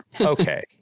Okay